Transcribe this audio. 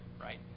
right